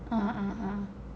ah ah ah